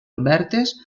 obertes